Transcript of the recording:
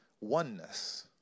oneness